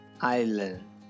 island